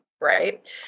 right